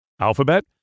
Alphabet